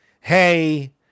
hey